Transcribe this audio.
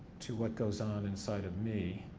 to what goes on inside of me.